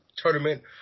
tournament